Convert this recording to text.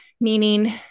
meaning